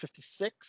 56